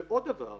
ועוד דבר,